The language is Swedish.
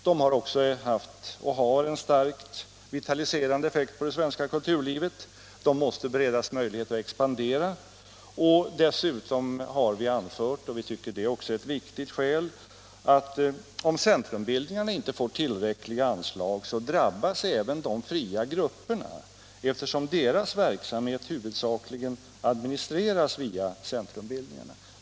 De har också haft och har en starkt vitaliserande effekt på det svenska kulturlivet. De måste beredas möjlighet att expandera. Dessutom har vi anfört, och vi tycker att även det är ett viktigt skäl, att om centrumbildningarna inte får tillräckliga anslag drabbas även de fria grupperna, eftersom deras verksamhet huvudsakligen administreras via centrumbildningarna.